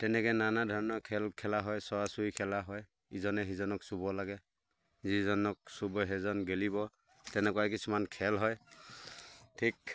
তেনেকে নানা ধৰণৰ খেল খেলা হয় চুৱা চুৱি খেলা হয় ইজনে সিজনক চুব লাগে যিজনক চুব সেইজন গেলিব তেনেকুৱা কিছুমান খেল হয় ঠিক